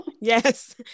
Yes